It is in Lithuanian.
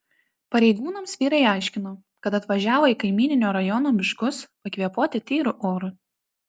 pareigūnams vyrai aiškino kad atvažiavo į kaimyninio rajono miškus pakvėpuoti tyru oru